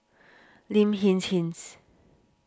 Lin Hsin Hsin